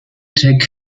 take